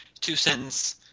two-sentence –